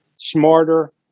smarter